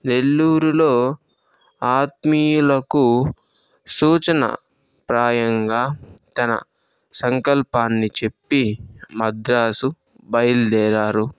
నెల్లూరులో ఆత్మీయులకు సూచనాప్రాయంగా తన సంకల్పాన్ని చెప్పి మద్రాసు బయలుదేరారు